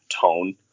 tone